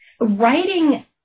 Writing